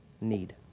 need